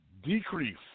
decrease